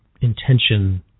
intention